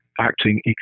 acting